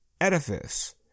edifice